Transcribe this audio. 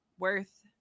worth